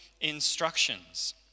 instructions